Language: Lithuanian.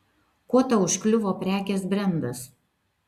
kuo tau užkliuvo prekės brendas